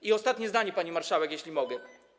I ostatnie zdanie, pani marszałek, jeśli mogę.